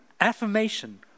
affirmation